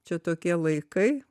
čia tokie laikai